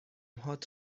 هات